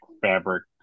fabric